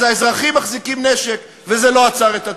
אז האזרחים מחזיקים נשק, וזה לא עצר את הטרור.